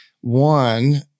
One